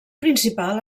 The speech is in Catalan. principal